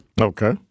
Okay